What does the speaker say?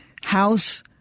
House